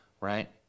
right